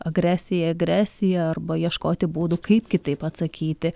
agresija agresija arba ieškoti būdų kaip kitaip atsakyti